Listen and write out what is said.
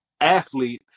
athlete